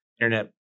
internet